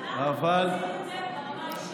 ברמה האישית.